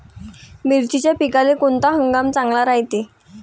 मिर्चीच्या पिकाले कोनता हंगाम चांगला रायते?